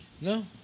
No